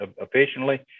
efficiently